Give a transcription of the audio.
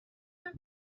her